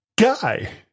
Guy